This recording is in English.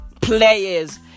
players